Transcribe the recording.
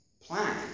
plan